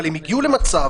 אבל הם הגיעו למצב